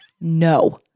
No